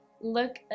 Look